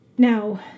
Now